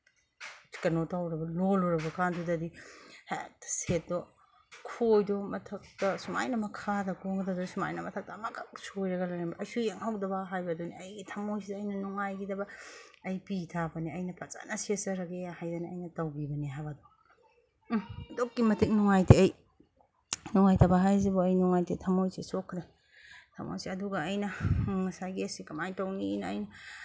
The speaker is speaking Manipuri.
ꯀꯩꯅꯣ ꯇꯧꯔꯒ ꯂꯣꯜꯂꯨꯔꯕ ꯀꯥꯟꯗꯨꯗꯗꯤ ꯍꯦꯛꯇ ꯁꯦꯠꯇꯣ ꯈꯣꯏꯗꯣ ꯃꯊꯛꯇ ꯁꯨꯃꯥꯏꯅ ꯃꯈꯥꯗ ꯀꯣꯟꯒꯗꯕ ꯁꯨꯃꯥꯏꯅ ꯃꯊꯛꯇ ꯑꯃꯈꯛ ꯁꯣꯏꯔꯒ ꯂꯩꯔꯝꯕ ꯑꯩꯁꯨ ꯌꯦꯡꯍꯧꯗꯕ ꯍꯥꯏꯕꯗꯨꯅꯤ ꯑꯩꯒꯤ ꯊꯝꯃꯣꯏꯁꯤꯗ ꯑꯩꯅ ꯅꯨꯡꯉꯥꯏꯒꯤꯗꯕ ꯑꯩ ꯄꯤ ꯇꯥꯕꯅꯦ ꯑꯩꯅ ꯐꯖꯅ ꯁꯦꯠꯆꯔꯒꯦ ꯍꯥꯏꯗꯅ ꯑꯩꯅ ꯇꯧꯒꯤꯕꯅꯦ ꯍꯥꯏꯕ ꯑꯗꯣ ꯎꯝ ꯑꯗꯨꯛꯀꯤ ꯃꯇꯤꯛ ꯅꯨꯡꯉꯥꯏꯇꯦ ꯑꯩ ꯅꯨꯡꯉꯥꯏꯇꯕ ꯍꯥꯏꯁꯤꯕꯣ ꯑꯩ ꯅꯨꯡꯉꯥꯏꯇꯦ ꯊꯝꯃꯣꯏꯁꯤ ꯁꯣꯛꯈꯔꯦ ꯊꯝꯃꯣꯏꯁꯦ ꯑꯗꯨꯒ ꯑꯩꯅ ꯉꯁꯥꯏꯒꯤ ꯑꯁꯤ ꯀꯃꯥꯏꯅ ꯇꯧꯅꯤꯅ ꯑꯩꯅ